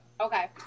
okay